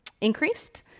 increased